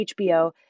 HBO